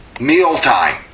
Mealtime